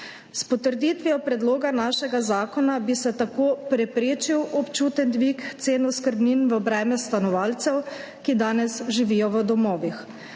S potrditvijo predloga našega zakona bi se tako preprečil občuten dvig cen oskrbnin v breme stanovalcev, ki danes živijo v domovih.